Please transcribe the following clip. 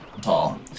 tall